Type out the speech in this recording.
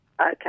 Okay